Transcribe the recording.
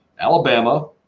Alabama